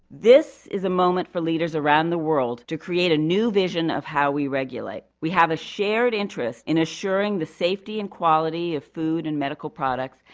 this is a moment for leaders around the world to create a new vision of how we regulate. we have a shared interest in assuring the safety and quality of food and medical products,